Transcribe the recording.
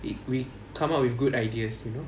we we come up with good ideas you know